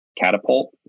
Catapult